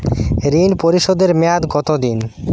ঋণ পরিশোধের মেয়াদ কত দিন?